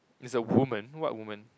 it's a woman what woman